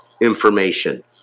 information